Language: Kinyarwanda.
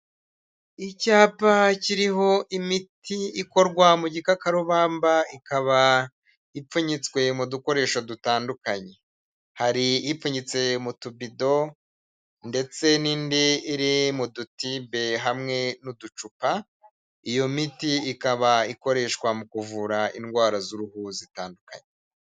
Icyapa kiriho imiti ikorwa mu gikakarubamba ikaba ipfunyitswe mu dukoresho dutandukanye, hari ipfunyitse mu tubido ndetse n'inde iri mu dutibe hamwe n'uducupa iyo miti ikaba ikoreshwa mu kuvura indwara z'uruhu zitandukanye.